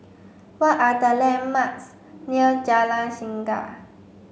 what are the landmarks near Jalan Singa